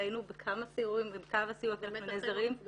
היינו בכמה סיורים ובקו הסיוע אנחנו נעזרים --- באמת --- נפגשנו.